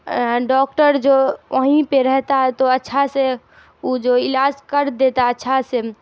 doctor جو وہیں پہ رہتا ہے تو اچھا سے وہ جو علاج کر دیتا اچھا سے